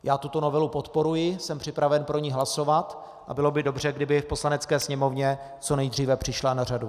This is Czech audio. Já tuto novelu podporuji, jsem připraven pro ni hlasovat a bylo by dobře, kdyby v Poslanecké sněmovně co nejdříve přišla na řadu.